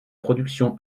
production